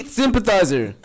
sympathizer